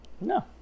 No